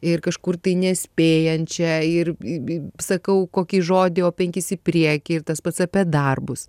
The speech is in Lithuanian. ir kažkur tai nespėjančią ir i i sakau kokį žodį o penkis į priekį ir tas pats apie darbus